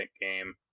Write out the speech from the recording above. game